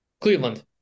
Cleveland